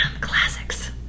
classics